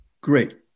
Great